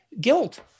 guilt-